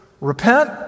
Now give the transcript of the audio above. repent